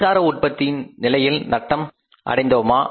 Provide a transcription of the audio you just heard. மின்சார உற்பத்தியின் நிலையில் நட்டம் அடைந்தோமா